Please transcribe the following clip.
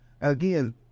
Again